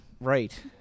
right